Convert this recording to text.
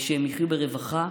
שהם יחיו ברווחה,